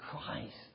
Christ